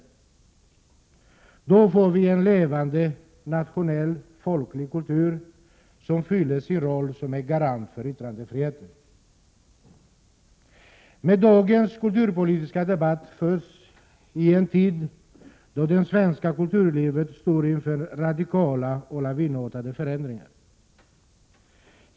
Då får vi en levande, nationell och folklig kultur, som har sin roll som en garant för yttrandefriheten. Men dagens kulturpolitiska debatt förs i en tid då det svenska kulturlivet står inför radikala och lavinartade förändringar.